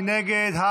מי נגד?